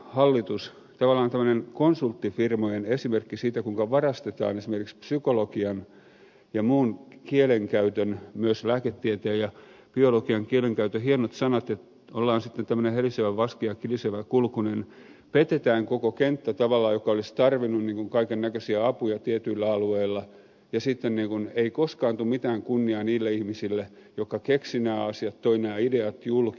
tämä on tavallaan tämmöinen konsulttifirmojen esimerkki siitä kuinka varastetaan esimerkiksi psykologian ja muun kielenkäytön myös lääketieteen ja biologian kielenkäytön hienot sanat että ollaan sitten tämmöinen helisevä vaski ja kilisevä kulkunen petetään tavallaan koko kenttä joka olisi tarvinnut kaikennäköisiä apuja tietyillä alueilla ja sitten ei koskaan tule mitään kunniaa niille ihmisille jotka keksivät nämä asiat toivat nämä ideat julki